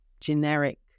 generic